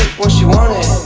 she want it,